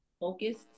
Focused